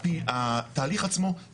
לא הצגתם את מס' המצטרפים בכלל,